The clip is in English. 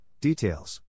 details